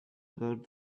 about